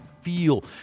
feel